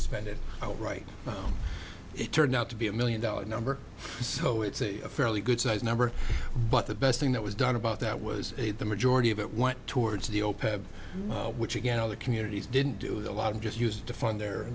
spend it all right but it turned out to be a million dollar number so it's a fairly good sized number but the best thing that was done about that was it the majority of it went towards the open which again other communities didn't do a lot and just used to fund the